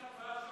מי השתתפה שם?